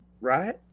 right